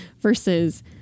versus